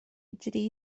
dri